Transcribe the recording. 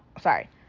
sorry